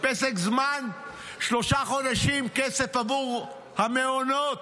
פסק זמן, שלושה חודשים כסף עבור המעונות.